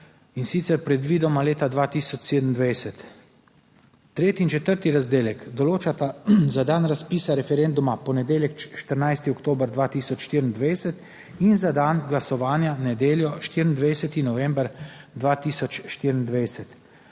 in sicer predvidoma leta 2027. Tretji in četrti razdelek določata za dan razpisa referenduma, v ponedeljek 14. oktober 2024. In za dan glasovanja, v nedeljo, 24. november 2024.